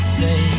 say